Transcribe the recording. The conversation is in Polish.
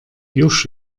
już